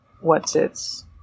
what's-its